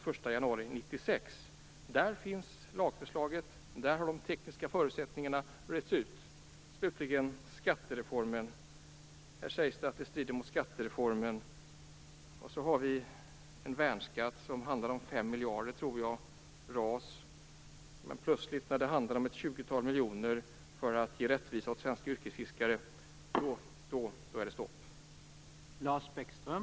Även de tekniska förutsättningarna finns utredda. Avsikten var att modellen skulle införas den 1 Här sägs att det hela strider mot skattereformen. Och så har vi en värnskatt som uppgår till 5 miljarder! Men när det plötsligt handlar om ett tjugotal miljoner för att ge rättvisa åt svenska yrkesfiskare, då är det stopp.